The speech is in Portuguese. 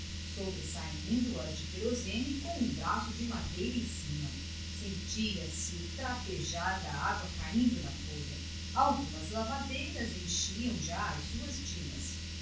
sobressaindo as de querosene com um braço de madeira em cima sentia-se o trapejar da água caindo na folha algumas lavadeiras enchiam já as suas tinas